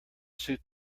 suit